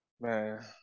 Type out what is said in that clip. Man